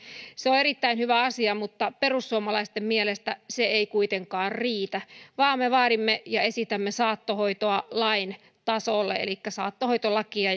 se on erittäin hyvä asia mutta perussuomalaisten mielestä se ei kuitenkaan riitä vaan me vaadimme ja esitämme saattohoitoa lain tasolle elikkä saattohoitolakia